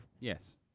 Yes